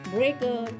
Breaker